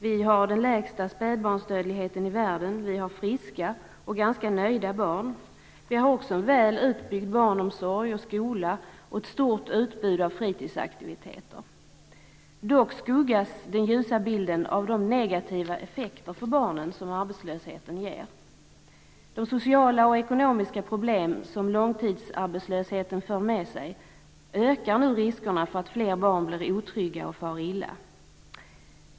Vi har den lägsta spädbarnsdödligheten i världen, och vi har friska och ganska nöjda barn. Vi har också en väl utbyggd barnomsorg och skola samt ett stort utbud av fritidsaktiviteter. Dock skuggas den ljusa bilden av de negativa effekter för barnen som arbetslösheten ger. De sociala och ekonomiska problem som långtidsarbetslösheten för med sig ökar nu riskerna för att fler barn blir otrygga och far illa.